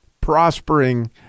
prospering